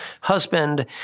husband